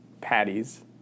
patties